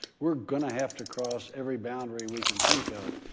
we're going to have to cross every boundary we can think of.